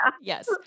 Yes